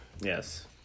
yes